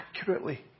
accurately